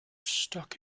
stuck